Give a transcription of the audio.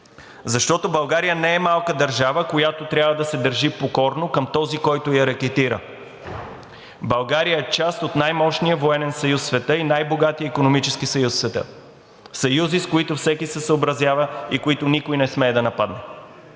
защото България не е малка държава, която трябва да се държи покорно към този, който я рекетира. България е част от най-мощния военен съюз в света и най-богатия съюз в света, съюзи, с които всеки се съобразява и които никой не смее да нападне.